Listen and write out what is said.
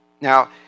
Now